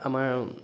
আমাৰ